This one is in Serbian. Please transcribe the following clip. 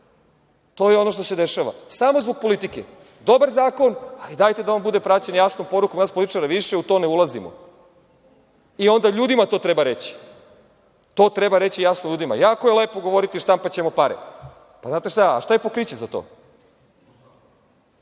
to je ono što se dešava, samo zbog politike. Dobar zakon, ali dajte da on bude praćen jasnom porukom nas političara, više u to ne ulazimo i onda ljudima to treba reći. To treba jasno reći ljudima. Jako je lepo govoriti – štampaćemo pare. Šta je pokriće za to?